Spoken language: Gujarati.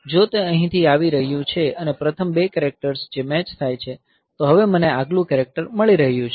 જો તે અહીંથી આવી રહ્યું છે અને પ્રથમ 2 કેરેક્ટર્સ જે મેચ થાય છે તો હવે મને આગલું કેરેક્ટર મળી રહ્યું છે